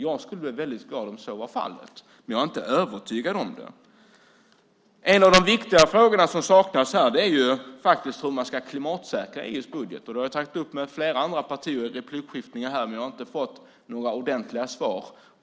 Jag skulle bli väldigt glad om så var fallet, men jag är inte övertygad om det. En av de viktigare frågor som saknas här är hur man ska klimatsäkra EU:s budget. Jag har tagit upp den med flera andra partier i replikskiftena här, men jag har inte fått några ordentliga svar.